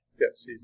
Yes